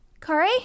Kare